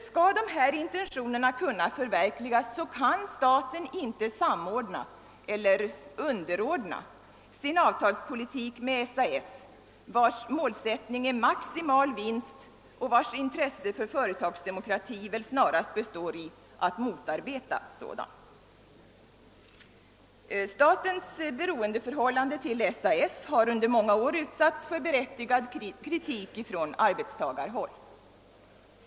Skall dessa intentioner kunna förverkligas, så kan staten inte samordna — eller underordna — sin avtalspolitik med SAF, vars målsättning är maximal vinst och vars intresse för företags demokrati väl snarast består i att motarbeta sådan. Statens beroendeförhållande till SAF har under många år utsatts för berättigad kritik från arbetstagarhåll.